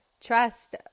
trust